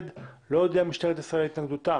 לא הודיעה משטרת ישראל על התנגדותה